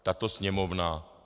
Tato Sněmovna...